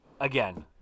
again